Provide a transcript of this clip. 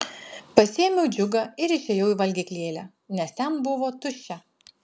pasiėmiau džiugą ir išėjau į valgyklėlę nes ten buvo tuščia